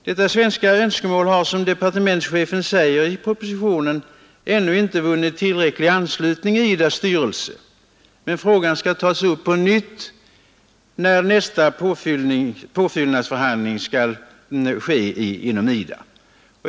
Dessa svenska önskemål har, som departementschefen säger i propositionen, ännu inte vunnit tillräcklig anslutning i IDA :s styrelse, men frågan skall tas upp på nytt vid nästa påfyllnadsförhandling i IDA.